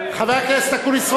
חבר הכנסת אקוניס,